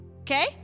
Okay